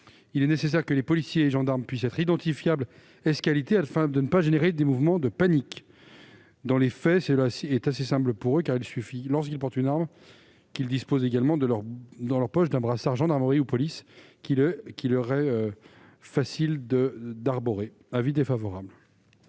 Il est nécessaire que les policiers et les gendarmes puissent être identifiables ès qualités afin de ne pas provoquer de mouvements de panique. Dans les faits, c'est assez simple pour eux, car il suffit, lorsqu'ils portent une arme, qu'ils disposent également dans leur poche d'un brassard « gendarmerie » ou « police », qu'il leur est facile d'arborer. L'avis est donc défavorable.